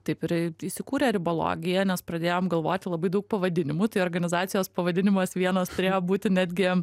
taip ir įsikūrė ribologija nes pradėjom galvoti labai daug pavadinimų tai organizacijos pavadinimas vienas turėjo būti netgi